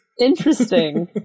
Interesting